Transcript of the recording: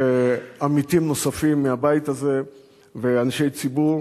ועם עמיתים נוספים מהבית הזה ואנשי ציבור,